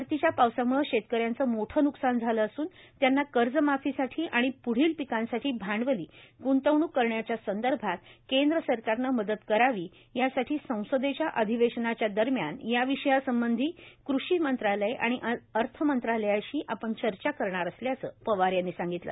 परतीच्या पावसामुळं ीतकऱ्यांचं मोठं नुकसान झालं असून त्यांना कर्जमाफीसाठी आणि पुढील पिकांसाठी भांडवली गुंतवणुक करण्याच्या संदर्भात केंद्र सरकारनं मदत करावी यासाठी संसदेच्या अधिवेशनाच्या दरम्यान या विायासंबंधी क्री मंत्रालय आणि अर्थ मंत्रालयाशी आपण चर्चा करणार असल्याचं पवार यांनी सांगितलं